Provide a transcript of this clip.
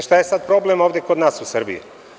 Šta je sada problem ovde kod nas u Srbiji?